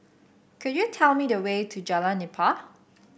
could you tell me the way to Jalan Nipah